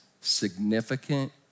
significant